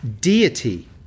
Deity